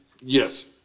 yes